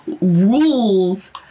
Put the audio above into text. rules